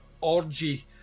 orgy